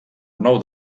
nou